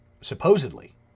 supposedly